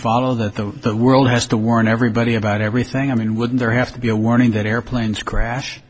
follow that the world has to warn everybody about everything i mean wouldn't there have to be a warning that airplanes crash